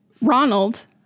Ronald